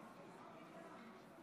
היא תועבר לוועדת החוץ והביטחון.